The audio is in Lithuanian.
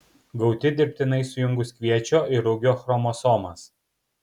gauti dirbtinai sujungus kviečio ir rugio chromosomas